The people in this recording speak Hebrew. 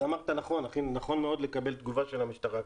אמרת נכון, נכון מאוד לקבל תגובה של המשטרה כאן.